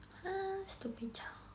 stupid child